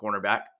cornerback